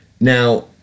Now